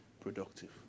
productive